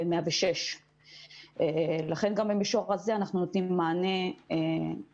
106. לכן גם במישור הזה אנחנו נותנים מענה במגזר הערבי ולתושבים.